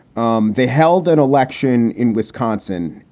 um they held an election in wisconsin,